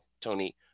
tony